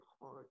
heart